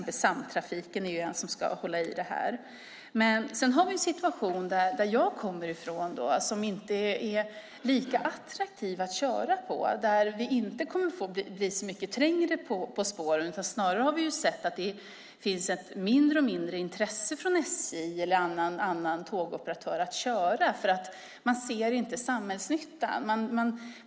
Samtrafiken ska hålla i detta. Därifrån jag kommer är det inte lika attraktivt att köra, och där kommer det inte att bli trängre på spåren. Snarare har vi sett att det finns ett mindre och mindre intresse från SJ eller annan tågoperatör att köra. Man ser inte samhällsnyttan.